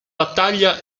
battaglia